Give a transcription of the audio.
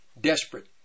desperate